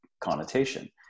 connotation